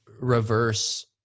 reverse